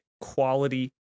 quality